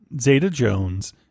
Zeta-Jones